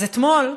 אז אתמול,